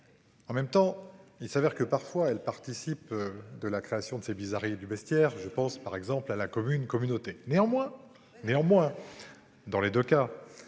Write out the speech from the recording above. En même temps, il s'avère que parfois elle participe. De la création de ces bizarreries du vestiaire. Je pense par exemple à la commune communautés néanmoins néanmoins. Dans